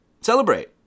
Celebrate